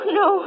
no